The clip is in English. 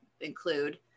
include